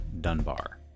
Dunbar